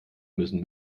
müssen